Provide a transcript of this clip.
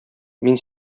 мин